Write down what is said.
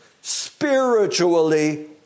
spiritually